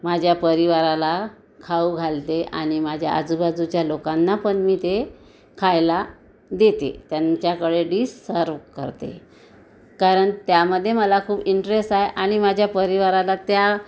माझ्या परिवाराला खाऊ घालते आणि माझ्या आजूबाजूच्या लोकांना पण मी ते खायला देते त्यांच्याकडे डिस सर्व्ह करते कारण त्यामधे मला खूप इंटरेस आहे आणि माझ्या परिवाराला त्या